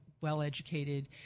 well-educated